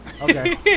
Okay